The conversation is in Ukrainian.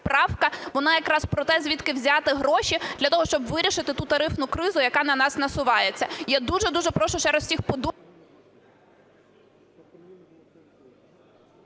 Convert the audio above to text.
вона якраз про те, звідки взяти гроші для того, щоб вирішити ту тарифну кризу, яка на нас насувається. Я дуже-дуже прошу ще раз всіх подумати…